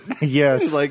Yes